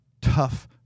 tough